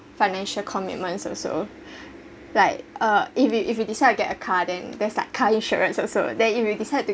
financial commitments also like uh if you if you decide to get a car then there's a car insurance also then if you decide to